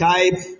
Type